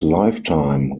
lifetime